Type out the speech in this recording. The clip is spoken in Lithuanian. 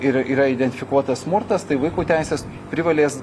ir yra identifikuotas smurtas tai vaikų teisės privalės